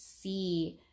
see